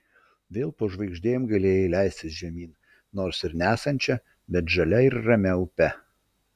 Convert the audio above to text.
vėl po žvaigždėm galėjai leistis žemyn nors ir nesančia bet žalia ir ramia upe